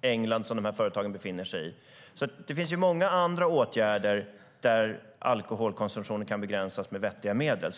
England där företagen befinner sig. Det finns alltså många andra åtgärder där alkoholkonsumtionen kan begränsas med vettiga medel.